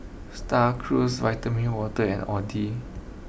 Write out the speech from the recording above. Star Cruise Vitamin Water and Audi